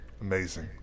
amazing